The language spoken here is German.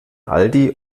aldi